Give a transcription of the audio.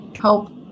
help